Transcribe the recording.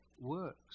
works